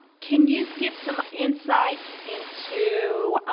can you give some insights into